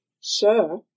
Sir